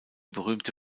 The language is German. berühmte